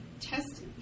test